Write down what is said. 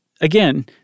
again